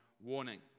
warning